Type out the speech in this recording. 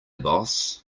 boss